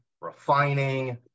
refining